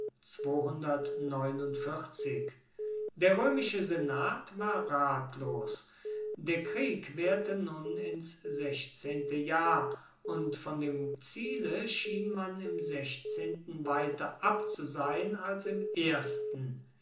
der roemische senat war ratlos der krieg waehrte nun ins sechzehnte jahr und von dem ziele schien man im sechzehnten weiter ab zu sein als im ersten